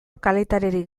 kalitaterik